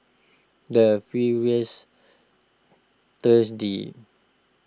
the previous thursday